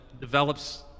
develops